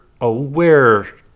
aware